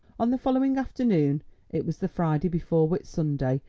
on the following afternoon it was the friday before whit-sunday,